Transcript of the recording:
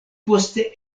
poste